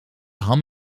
ham